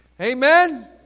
Amen